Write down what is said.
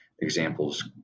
examples